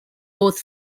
both